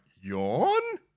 yawn